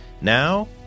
Now